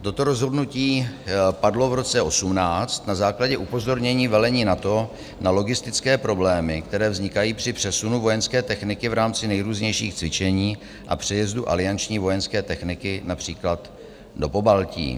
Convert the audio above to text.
Toto rozhodnutí padlo v roce 2018 na základě upozornění velení NATO na logistické problémy, které vznikají při přesunu vojenské techniky v rámci nejrůznějších cvičení a přejezdu alianční vojenské techniky například do Pobaltí.